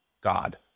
God